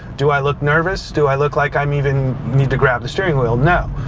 do i look nervous? do i look like i um even need to grab the steering wheel? no,